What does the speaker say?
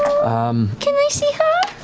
um can i see her?